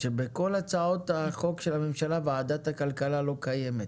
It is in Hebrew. בכל הצעות החוק של הממשלה, ועדת הכלכלה לא קיימת.